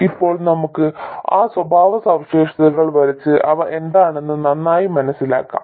ഇപ്പോൾ നമുക്ക് ആ സ്വഭാവസവിശേഷതകൾ വരച്ച് അവ എന്താണെന്ന് നന്നായി മനസ്സിലാക്കാം